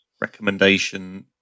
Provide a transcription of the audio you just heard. recommendation